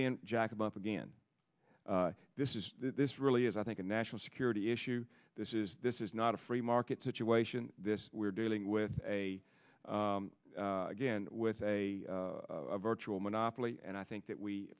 then jack about again this is this really is i think a national security issue this is this is not a free market situation this we're dealing with a again with a virtual monopoly and i think that we